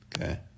Okay